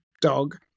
dog